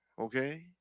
Okay